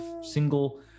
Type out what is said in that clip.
single